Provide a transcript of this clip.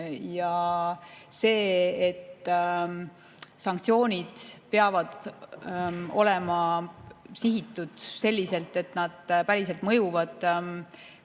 Ja see, et sanktsioonid peavad olema sihitud nii, et nad päriselt mõjuksid,